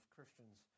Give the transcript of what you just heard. Christians